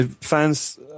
Fans